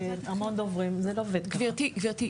גבירתי,